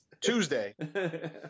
Tuesday